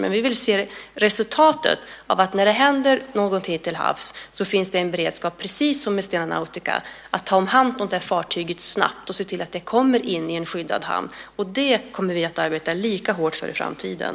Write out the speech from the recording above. Men vi vill se resultatet att när det händer någonting till havs finns det en beredskap att ta hand om det fartyget snabbt och se till att det kommer in i en skyddad hamn, precis som med Stena Nautica. Det kommer vi att arbeta lika hårt för i framtiden.